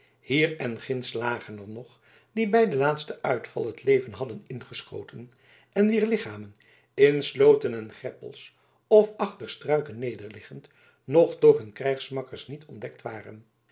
hier en ginds lagen er nog die bij den laatsten uitval het leven hadden ingeschoten en wier lichamen in slooten en greppels of achter struiken nederliggende nog door hun krijgsmakkers niet ontdekt waren